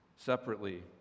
separately